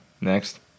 Next